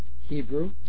Hebrew